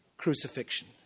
crucifixion